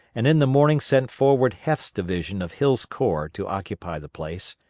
and in the morning sent forward heth's division of hill's corps to occupy the place,